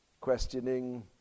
questioning